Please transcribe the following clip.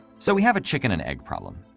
so we have a chicken and egg problem.